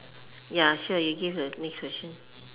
ya sure you give the next question